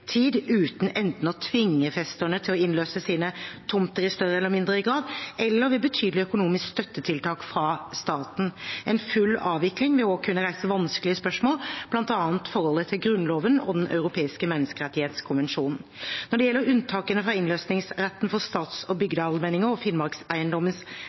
tid uten enten å tvinge festerne til å innløse sine tomter i større eller mindre grad, eller ved betydelige økonomiske støttetiltak fra staten. En full avvikling vil også kunne reise vanskelige spørsmål, bl.a. om forholdet til Grunnloven og Den europeiske menneskerettskonvensjon. Når det gjelder unntakene fra innløsningsretten for stats- og